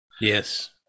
Yes